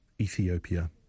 Ethiopia